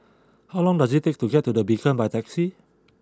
how long does it take to get to The Beacon by taxi